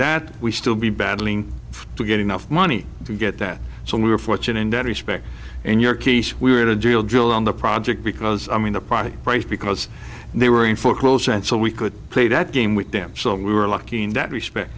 that we still be battling to get enough money to get that so we were fortunate in that respect in your case we were to drill drill on the project because i mean the party right because they were in foreclosure and so we could play that game with them so we were lucky in that respect